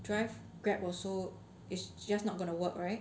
drive grab also it's just not going to work right